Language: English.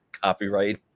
copyright